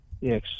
Yes